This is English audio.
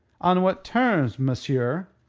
on what terms, monsieur?